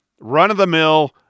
run-of-the-mill